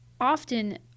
often